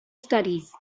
studies